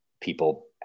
people